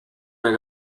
mehr